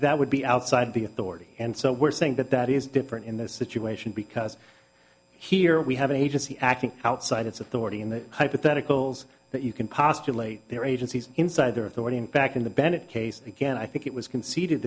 that would be outside the authority and so we're saying that that is different in this situation because here we have an agency acting outside its authority in the hypotheticals that you can postulate their agencies inside their authority and back in the bennett case again i think it was conceded